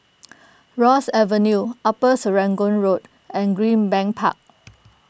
Ross Avenue Upper Serangoon Road and Greenbank Park